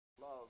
Love